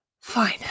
fine